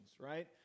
right